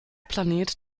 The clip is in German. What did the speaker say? planet